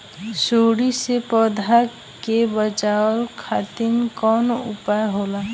सुंडी से पौधा के बचावल खातिर कौन उपाय होला?